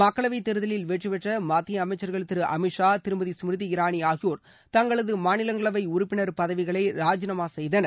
மக்களவைத் தேர்தலில் வெற்றி பெற்ற மத்திய அமைச்சர்கள் திரு அமித் ஷா திருமதி ஸ்மிருதி இரானி ஆகியோர் தங்களது மாநிலங்களவை உறுப்பினர் பதவிகளை ராஜினாமா செய்தனர்